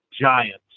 giants